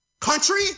country